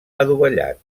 adovellat